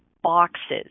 boxes